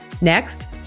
Next